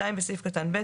(2)בסעיף קטן (ב),